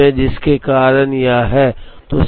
समय जिसके कारण यह है